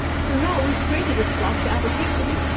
so now we've created this block she application.